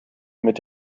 mit